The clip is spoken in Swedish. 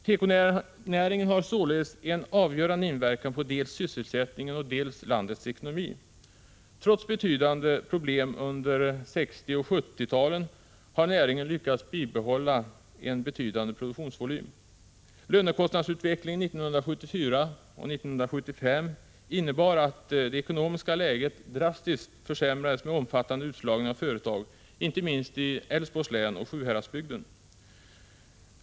Tekonäringen har således en avgörande inverkan dels på sysselsättningen, dels på landets ekonomi. Trots betydande problem under 1960 och 1970-talen har näringen lyckats bibehålla en betydande produktionsvolym. Lönekostnadsutvecklingen 1974 och 1975 innebar att det ekonomiska läget drastiskt försämrades i och med en omfattande utslagning av företag, inte minst i Älvsborgs län och i Sjuhäradsbygden.